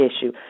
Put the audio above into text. issue